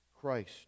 christ